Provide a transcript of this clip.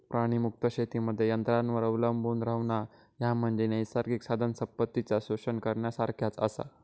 प्राणीमुक्त शेतीमध्ये यंत्रांवर अवलंबून रव्हणा, ह्या म्हणजे नैसर्गिक साधनसंपत्तीचा शोषण करण्यासारखाच आसा